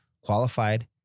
Qualified